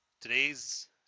Today's